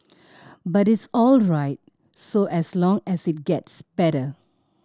but it's all right so as long as it gets better